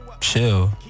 Chill